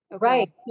right